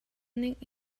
ning